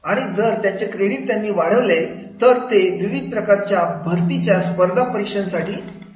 आणि जर त्यांचे क्रेडिट त्यांनी वाढले तर ते विविध प्रकारच्या भरतीच्या स्पर्धा परीक्षांसाठी पात्र ठरतील